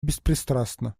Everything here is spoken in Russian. беспристрастно